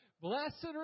Blessed